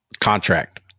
contract